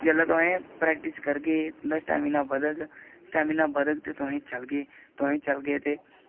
जेल्लै तुसें प्रेक्टिस करगे तुं'दा स्टैमिना बधग स्टैमिना बधग ते तुसें चलगे तुस चलगे ते